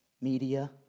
Media